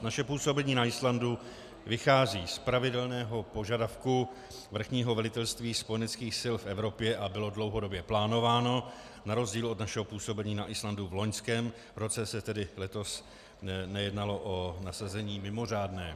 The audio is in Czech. Naše působení na Islandu vychází z pravidelného požadavku Vrchního velitelství spojeneckých sil v Evropě a bylo dlouhodobě plánováno, na rozdíl od našeho působení na Islandu v loňském roce se tedy letos nejednalo o nasazení mimořádné.